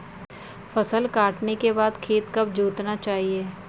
फसल काटने के बाद खेत कब जोतना चाहिये?